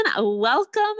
welcome